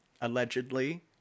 allegedly